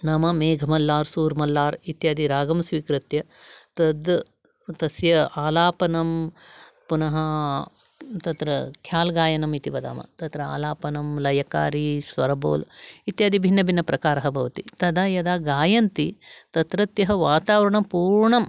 नाम मेघमल्लार् सूर् मल्लार् इत्यादिरागं स्वीकृत्य तद् तस्य आलापनं पुनः तत्र ख्याल् गायनम् इति वदाम तत्र आलापनं लयकारि स्वरबोल् इति भिन्नभिन्नप्रकारः भवति तदा यदा गायन्ति तत्रत्यः वातावरणं पूर्णं